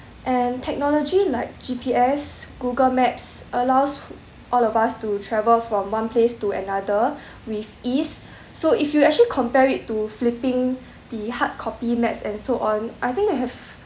and technology like G_P_S google maps allows all of us to travel from one place to another with ease so if you actually compare it to flipping the hardcopy maps and so on I think they have